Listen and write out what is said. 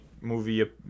movie